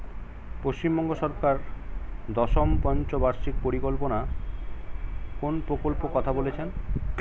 পশ্চিমবঙ্গ সরকার দশম পঞ্চ বার্ষিক পরিকল্পনা কোন প্রকল্প কথা বলেছেন?